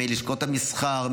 מלשכות המסחר,